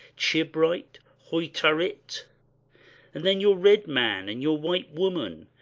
chibrit, heautarit, and then your red man, and your white woman,